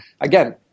again